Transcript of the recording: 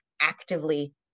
actively